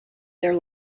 their